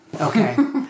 Okay